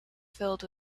filled